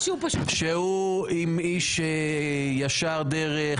שהוא איש ישר דרך,